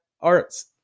arts